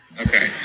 Okay